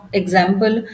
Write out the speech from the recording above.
example